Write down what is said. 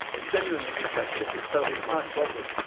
i'm genuinely interested if it's solely my problem!